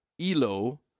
Elo